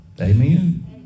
Amen